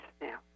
now